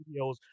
videos